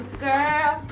girl